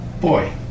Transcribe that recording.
Boy